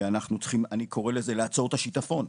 ואנחנו צריכים לעצור את השטפון,